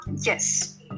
Yes